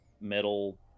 metal